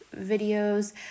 videos